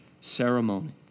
ceremony